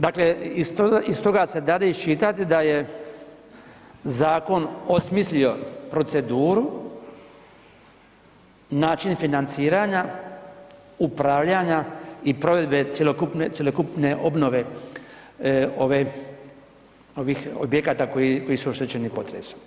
Dakle, iz toga se dade iščitati da je zakon osmislio proceduru, način financiranja, upravljanja i provedbe cjelokupne obnove ovih objekata koji su oštećeni potresom.